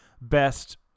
best